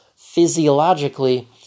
physiologically